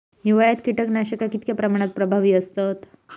हिवाळ्यात कीटकनाशका कीतक्या प्रमाणात प्रभावी असतत?